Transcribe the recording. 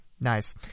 Nice